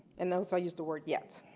and notice i use the word yet.